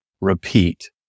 repeat